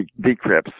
decrypts